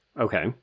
okay